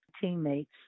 teammates